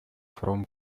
from